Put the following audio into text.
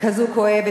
כזאת כואבת,